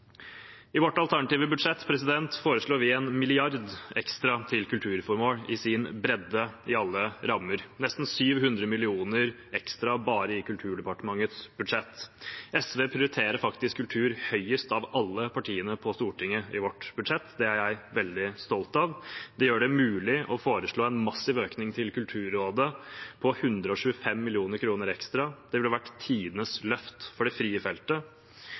I vårt alternative budsjett foreslår vi 1 mrd. kr ekstra til kulturformål, i sin bredde i alle rammer, nesten 700 mill. kr ekstra bare i Kulturdepartementets budsjett. SV prioriterer faktisk kultur høyest av alle partiene på Stortinget i vårt budsjett, og det er jeg veldig stolt av. Det gjør det mulig å foreslå en massiv økning til Kulturrådet på 125 mill. kr ekstra – det ville vært tidenes løft for det frie feltet.